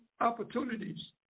opportunities